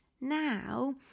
now